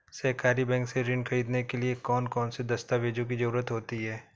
सहकारी बैंक से ऋण ख़रीदने के लिए कौन कौन से दस्तावेजों की ज़रुरत होती है?